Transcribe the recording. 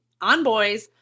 ONBOYS